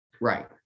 right